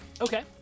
Okay